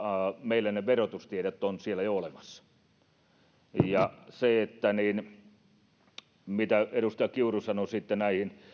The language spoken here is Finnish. meillä ne verotustiedot ovat siellä jo olemassa se mitä edustaja kiuru sanoi liittyen näihin